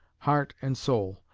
heart and soul,